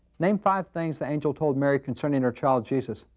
name five things the angel told mary concerning her child jesus?